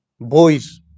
boys